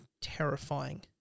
terrifying